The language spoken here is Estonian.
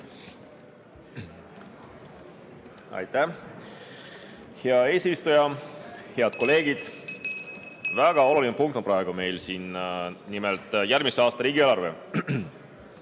Aitäh, hea eesistuja! Head kolleegid! Väga oluline punkt on praegu meil siin, nimelt järgmise aasta riigieelarve.